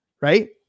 right